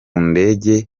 ndege